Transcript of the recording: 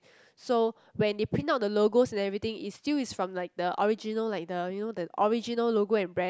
so when they print out the logos and everything it's still is from like the original like the you know the original logo and brand